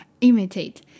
imitate